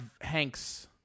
hanks